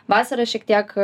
vasarą šiek tiek